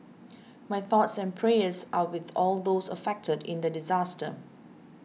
my thoughts and prayers are with all those affected in the disaster